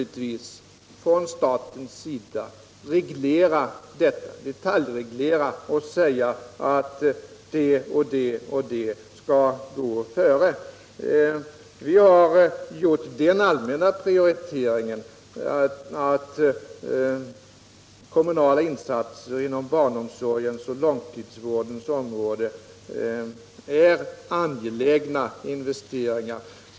Då kan staten naturligtvis göra en detaljreglering och säga att Fredagen den det och det skall gå före. Vi har gjort den allmänna prioriteringen att 2 december 1977 kommunala insatser inom barnomsorgens och långtidsvårdens områden är angelägna investeringar.